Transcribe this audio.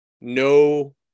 no